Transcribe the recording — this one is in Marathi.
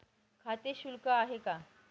खाते शुल्क काय आहे?